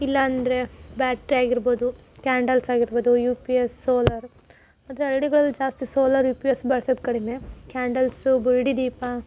ಇಲ್ಲ ಅಂದರೆ ಬ್ಯಾಟ್ರಿ ಆಗಿರ್ಬೋದು ಕ್ಯಾಂಡಲ್ಸ್ ಆಗಿರ್ಬೋದು ಯು ಪಿ ಯಸ್ ಸೋಲಾರ್ ಆದರೆ ಹಳ್ಳಿಗಳಲ್ಲಿ ಜಾಸ್ತಿ ಸೋಲಾರ್ ಪಿ ಯಸ್ ಬಳ್ಸೋದು ಕಡಿಮೆ ಕ್ಯಾಂಡಲ್ಸ್ ಬುಡ್ಡಿದೀಪ